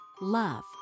love